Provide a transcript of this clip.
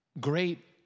great